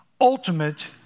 ultimate